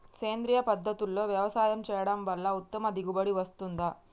సేంద్రీయ పద్ధతుల్లో వ్యవసాయం చేయడం వల్ల ఉత్తమ దిగుబడి వస్తుందా?